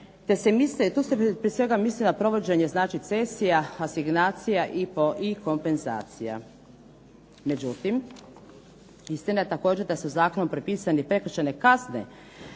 nema sredstava. Tu se prije svega misli na provođenje znači cesija, asignacija i kompenzacija. Međutim, istina je također da su zakonom propisane i prekršajne kazne